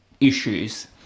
issues